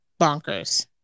bonkers